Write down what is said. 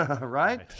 right